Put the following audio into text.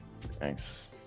Thanks